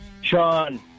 Sean